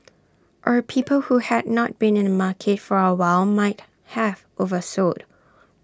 or people who had not been in the market for A while might have oversold